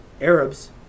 Arabs